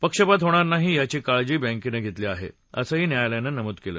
पक्षपात होणार नाही याची काळजी बँकेनं घेतली आहे असंही न्यायालयानं नमूद केलं